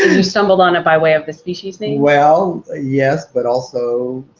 you stumbled on it by way of this species name? well ah yes, but also